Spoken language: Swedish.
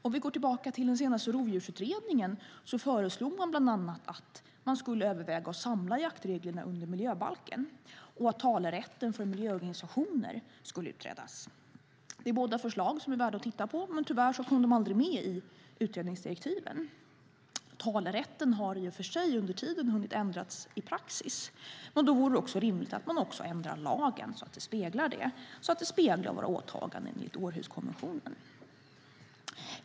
Om vi går tillbaka till den senaste rovdjursutredningen föreslogs bland annat att man skulle överväga att samla jaktreglerna under miljöbalken och att talerätten för miljöorganisationer skulle utredas. Det är båda förslag som är värda att titta på, men tyvärr kom de aldrig med i utredningsdirektiven. Talerätten har i och för sig under tiden hunnit ändras i praxis. Därför vore det rimligt att man också ändrar lagen så att den speglar detta och våra åtaganden enligt Århuskonventionen.